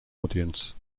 audience